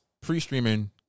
pre-streaming